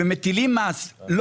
ומטילה מס של